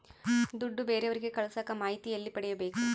ದುಡ್ಡು ಬೇರೆಯವರಿಗೆ ಕಳಸಾಕ ಮಾಹಿತಿ ಎಲ್ಲಿ ಪಡೆಯಬೇಕು?